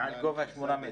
מעל גובה שמונה מטרים.